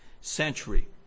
century